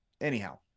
anyhow